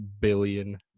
billion